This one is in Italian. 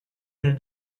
del